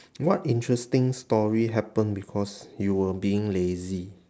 what interesting story happened because you were being lazy